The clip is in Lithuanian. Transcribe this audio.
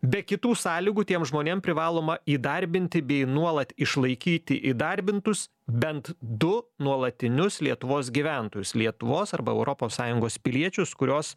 be kitų sąlygų tiem žmonėm privaloma įdarbinti bei nuolat išlaikyti įdarbintus bent du nuolatinius lietuvos gyventojus lietuvos arba europos sąjungos piliečius kurios